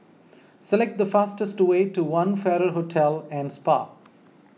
select the fastest way to one Farrer Hotel and Spa